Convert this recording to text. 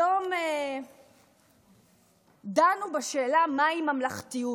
היום דנו בשאלה מהי ממלכתיות.